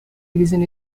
region